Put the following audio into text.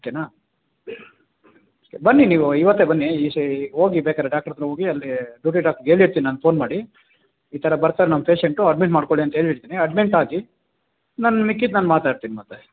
ಓಕೆನಾ ಓಕೆ ಬನ್ನಿ ನೀವು ಇವತ್ತೆ ಬನ್ನಿ ಈ ಹೋಗಿ ಬೇಕಾದ್ರೆ ಡಾಕ್ಟ್ರತ್ರ ಹೋಗಿ ಅಲ್ಲೀ ಡ್ಯೂಟಿ ಡಾಕ್ಟರ್ಗೆ ಹೇಳಿರ್ತೀನಿ ನಾನು ಫೋನ್ ಮಾಡಿ ಈ ಥರ ಬರ್ತಾರೆ ನಮ್ಮ ಪೇಷಂಟು ಅಡ್ಮಿಟ್ ಮಾಡ್ಕೊಳ್ಳಿ ಅಂಥೇಳಿರ್ತೀನಿ ಅಡ್ಮಿಂಟ್ ಆಗಿ ನಾನು ಮಿಕ್ಕಿದ್ದು ನಾನು ಮಾತಾಡ್ತೀನಿ ಮತ್ತೆ